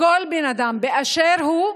לכל בן אדם באשר הוא,